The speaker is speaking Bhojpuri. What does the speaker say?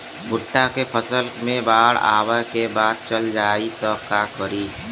भुट्टा के फसल मे बाढ़ आवा के बाद चल जाई त का करी?